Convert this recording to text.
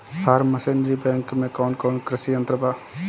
Form machinery bank में कौन कौन कृषि यंत्र बा?